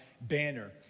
banner